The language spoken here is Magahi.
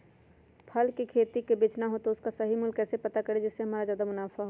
फल का खरीद का बेचना हो तो उसका सही मूल्य कैसे पता करें जिससे हमारा ज्याद मुनाफा हो?